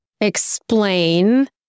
explain